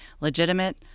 legitimate